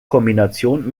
kombination